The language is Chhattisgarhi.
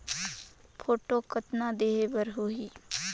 फोटो कतना देहें बर होहि?